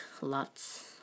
lots